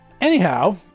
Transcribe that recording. anyhow